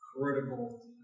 critical